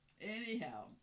anyhow